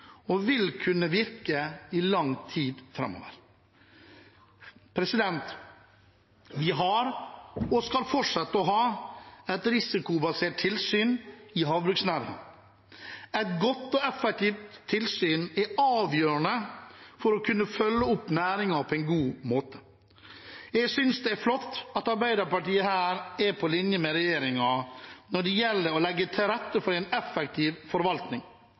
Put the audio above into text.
og vil kunne virke i lang tid framover. Vi har og skal fortsette å ha et risikobasert tilsyn i havbruksnæringen. Et godt og effektivt tilsyn er avgjørende for å kunne følge opp næringen på en god måte. Jeg synes det er flott at Arbeiderpartiet her er på linje med regjeringen når det gjelder å legge til rette for en effektiv forvaltning.